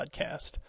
podcast